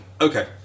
okay